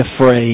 afraid